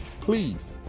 Please